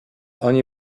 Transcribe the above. oni